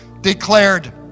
declared